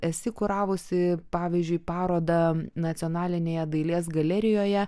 esi kuravusi pavyzdžiui parodą nacionalinėje dailės galerijoje